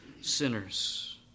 sinners